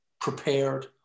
prepared